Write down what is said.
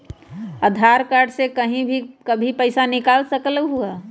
आधार card से कहीं भी कभी पईसा निकाल सकलहु ह?